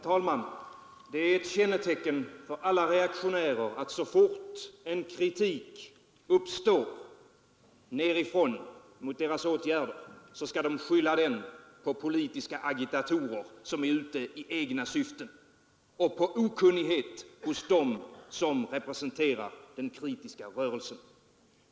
Herr talman! Det är ett kännetecken för alla reaktionärer att så fort en kritik uppstår nerifrån mot deras åtgärder så skyller de den på politiska agitatorer som är ute i egna syften och på okunnighet hos dem som representerar den kritiska rörelsen.